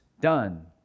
done